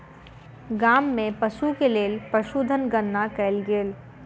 गाम में पशु के लेल पशुधन गणना कयल गेल